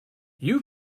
you